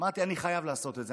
אמרתי: אני חייב לעשות את זה.